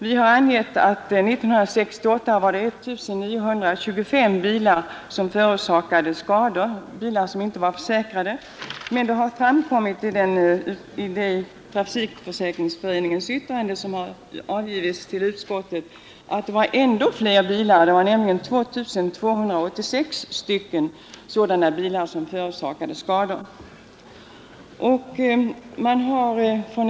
Vi har angivit att det 1968 var 1925 oförsäkrade bilar som förorsakade skador. Det har i det yttrande som Trafikförsäkringsföreningen avgivit till utskottet framkommit, att det var ändå flera oförsäkrade bilar, nämligen 2 286 stycken, som förorsakade skador.